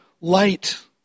light